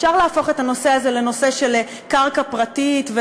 אפשר להפוך את הנושא הזה לנושא של קרקע פרטית,